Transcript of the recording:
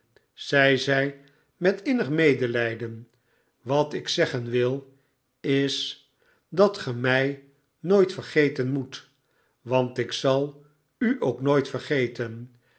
zij met innig medelijden wat ik zeggej wil is dat ge mij nooit vergeten moet want ik zal u ook nooit vergeten